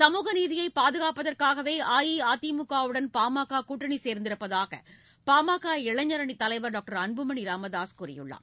சமூக நீதியை பாதுகாப்பதற்காகவே அஇஅதிமுக உடன் பா ம க கூட்டணி சேர்ந்திருப்பதாக பா ம க இளைஞா் அணித்தலைவா் டாக்டர் அன்புமணி ராமதாஸ் கூறியுள்ளார்